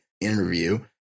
interview